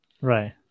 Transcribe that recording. right